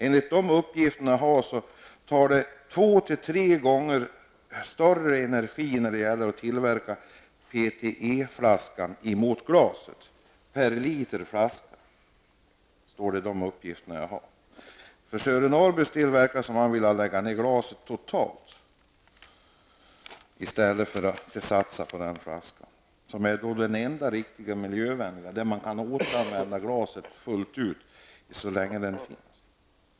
Enligt de uppgifter jag har går det åt två tre gånger mer energi för att tillverka PET-flaskan än en flaska av glas. Det står i de uppgifter jag har. Det verkar som om Sören Norrby vill upphöra med glaset totalt i stället för att satsa på en flaska som är den enda riktigt miljövänliga. Man kan återanvända glaset fullt ut så länge det finns.